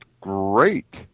great